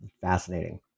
fascinating